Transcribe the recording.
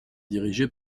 dirigé